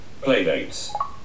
Playdates